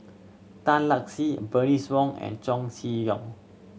Tan Lark Sye Bernice Wong and Chow Chee Yong